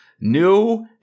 New